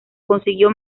consiguió